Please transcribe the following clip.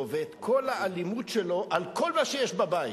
ואת כל האלימות שלו על כל מה שיש בבית,